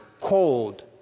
cold